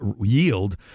yield